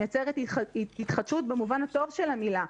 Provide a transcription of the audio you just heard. היא מייצרת התחדשות במובן הטוב של המילה,